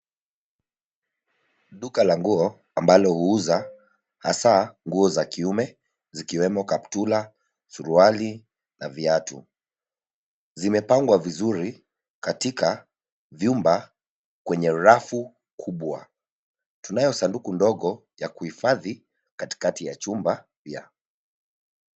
Duka la nguo ambalo huuza hasa nguo za kiume zikiwemo kaptura , suruali na viatu. Zimepangwa vizuri katika vyumba kwenye rafu kubwa tunayo sanduku ndogo ya kuhifadhi katikati ya chumba pia.